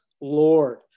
Lord